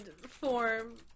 form